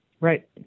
Right